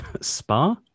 spa